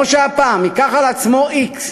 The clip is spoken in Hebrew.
כמו שהיה פעם, ייקח על עצמו x,